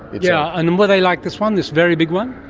yeah and and were they like this one, this very big one?